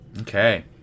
okay